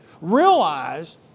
realize